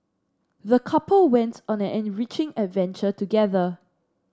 the couple went on an enriching adventure together